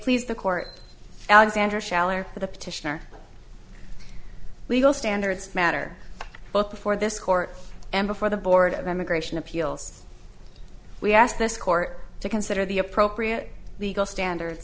please the court alexander shall or the petitioner legal standards matter both before this court and before the board of immigration appeals we ask this court to consider the appropriate legal standards